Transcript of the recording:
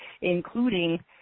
including